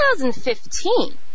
2015